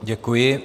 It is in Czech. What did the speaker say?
Děkuji.